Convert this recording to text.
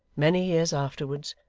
many years afterwards,